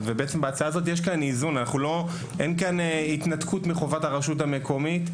בהצעה הזו יש איזון; אין כאן התנתקות מחובת הרשות המקומית,